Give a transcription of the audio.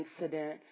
incident